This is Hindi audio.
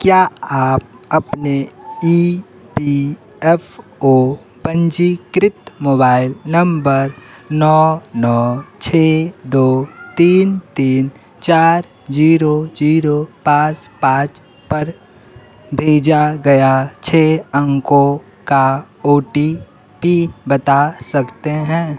क्या आप अपने ई पी एफ़ ओ पंजीकृत मोबाइल नंबर नौ नौ छः दो तीन तीन चार जीरो जीरो पाँच पाँच पर भेजा गया छः अंकों का ओ टी पी बता सकते हैं